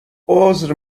عذر